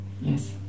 Yes